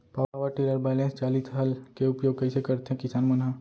Power tiller balance चालित हल के उपयोग कइसे करथें किसान मन ह?